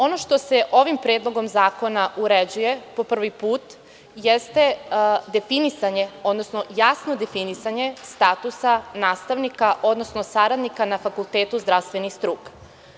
Ono što se ovim Predlogom zakona uređuje po prvi put, jeste definisanje, odnosno jasno definisanje statusa nastavnika, odnosno saradnika na Fakultetu zdravstvenih struka.